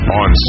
on